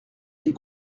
des